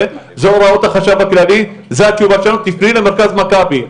זה הוראות החשב הכללי, תפני למרכז מכבי.